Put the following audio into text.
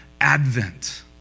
advent